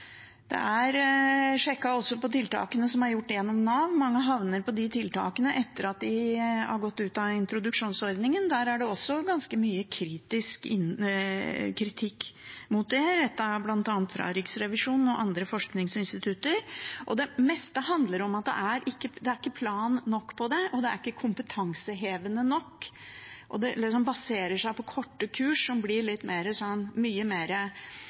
Tiltakene som er gjort gjennom Nav, er også sjekket. Mange havner på de tiltakene etter at de har gått ut av introduksjonsordningen. Det er også ganske mye kritikk rettet mot det fra bl.a. Riksrevisjonen og andre forskningsinstitutter. Det meste handler om at det ikke er en god nok plan for det, og at det ikke er kompetansehevende nok. Det baserer seg på korte kurs som blir